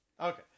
Okay